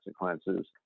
consequences